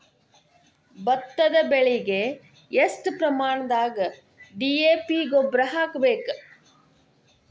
ಭತ್ತದ ಬೆಳಿಗೆ ಎಷ್ಟ ಪ್ರಮಾಣದಾಗ ಡಿ.ಎ.ಪಿ ಗೊಬ್ಬರ ಹಾಕ್ಬೇಕ?